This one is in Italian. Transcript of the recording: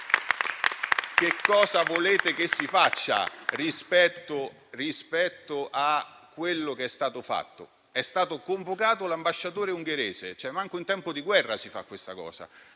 che cosa volete che si faccia in più, rispetto a quello che è stato fatto? È stato convocato l'ambasciatore ungherese: neanche in tempo di guerra si prende questa